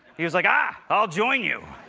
he was like, ah! i'll join you.